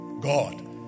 God